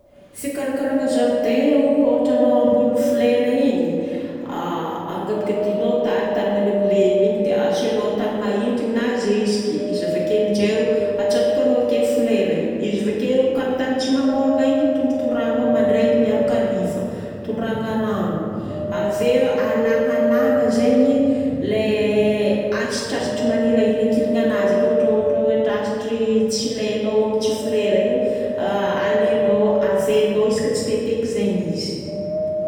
Fikarakaragna jardin o, ohatra anao hamboly flera igny, angadingadinao ny tany, tany malemilemy igny dia asiagnao tany mahintiny na zeziky. Izy avake aminjay, atsatokanao ake flera igny. Izy vakeo, ka amin'ny tany tsy manôragna igny tondratondrahagnao mandraigny miaraka hariva. Tondrahagna rano. Ave ala alagna zagny le asitrasitra magniry ahilankilananazy akeo ohatraohatra hoe tasitry tsy ilaignao, tsy flera io. Alaignao, avaignao isaka tsiteteka zaigny izy.